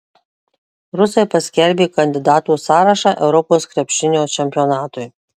rusai paskelbė kandidatų sąrašą europos krepšinio čempionatui